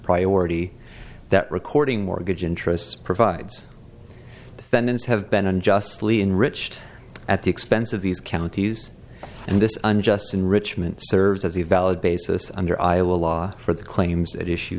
priority that recording mortgage interest provides defendants have been unjustly enriched at the expense of these counties and this unjust enrichment serves as a valid basis under iowa law for the claims at issue